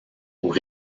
aux